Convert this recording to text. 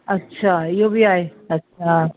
अच्छा इयो बि आहे अच्छा